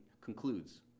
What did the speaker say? concludes